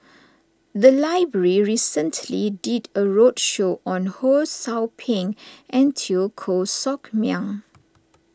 the library recently did a roadshow on Ho Sou Ping and Teo Koh Sock Miang